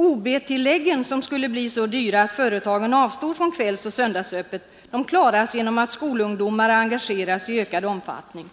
OB-tilläggen, som skulle bli så dyra att företagen avstod från kvällsoch söndagsöppet, klaras genom att skolungdomar engageras i ökad omfattning.